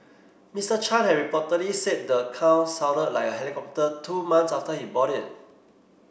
Mister Chan had reportedly said the car sounded like a helicopter two months after he bought it